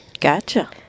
Gotcha